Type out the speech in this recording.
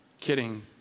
kidding